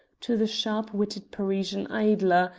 to the sharp-witted parisian idler,